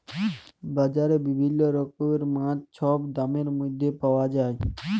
বাজারে বিভিল্ল্য রকমের মাছ ছব দামের ম্যধে পাউয়া যায়